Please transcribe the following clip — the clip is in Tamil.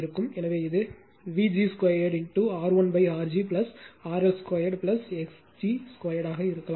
எனவே இது Vg 2 RLR g RL 2 x g 2 ஆக இருக்கலாம்